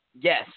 Yes